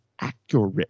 accurate